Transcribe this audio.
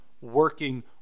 working